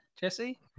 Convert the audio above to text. Jesse